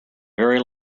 very